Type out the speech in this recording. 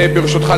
ברשותך,